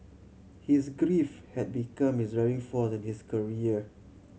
his grief had become his driving force in his career